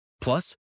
Plus